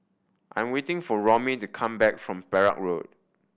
I'm waiting for Romie to come back from Perak Road